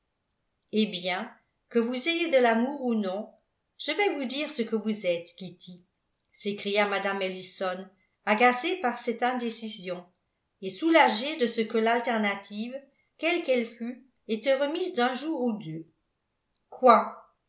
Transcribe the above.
eh bien que vous ayez de l'amour ou non je vais vous dire ce que vous êtes kitty s'écria mme ellison agacée par cette indécision et soulagée de ce que l'alternative quelle qu'elle fût était remise d'un jour ou deux quoi